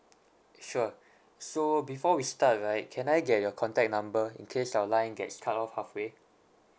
sure so before we start right can I get your contact number in case our line gets cut off halfway